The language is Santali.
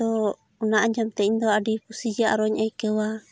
ᱟᱫᱚ ᱚᱱᱟ ᱟᱡᱚᱱ ᱛᱮ ᱤᱧ ᱫᱚ ᱟᱹᱰᱤ ᱠᱩᱥᱤᱜᱮ ᱟᱨᱚᱧ ᱟᱹᱭᱠᱟᱹᱣᱟ